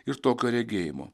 ir tokio regėjimo